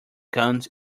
gaunt